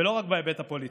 ולא רק בהיבט הפוליטי,